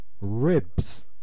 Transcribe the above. Ribs